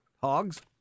hogs